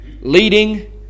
leading